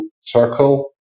circle